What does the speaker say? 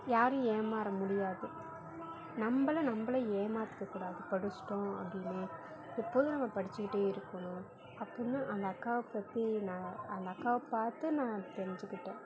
யாரும் ஏமாற முடியாது நம்பளும் நம்பளை ஏமாற்றிக்கக்கூடாது படிஷ்ட்டோம் அப்படினு எப்போதும் நம்ம படிச்சிகிட்டே இருக்கனும் அப்பிடின்னும் அந்த அக்காவை பற்றி நான் அந்த அக்காவை பார்த்து நான் தெரிஞ்சிகிட்டேன்